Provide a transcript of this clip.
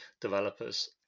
developers